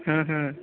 हम्म हम्म